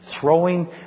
throwing